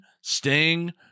Sting